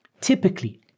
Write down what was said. Typically